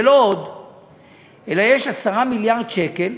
ולא עוד אלא, יש 10 מיליארד שקל,